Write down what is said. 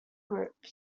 group